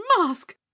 mask